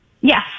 Yes